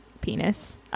Penis